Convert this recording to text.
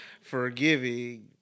forgiving